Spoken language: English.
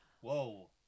Whoa